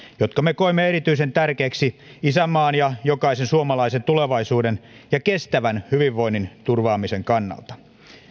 jotka me koimme erityisen tärkeiksi isänmaan ja jokaisen suomalaisen tulevaisuuden ja kestävän hyvinvoinnin turvaamisen kannalta